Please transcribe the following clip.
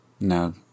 no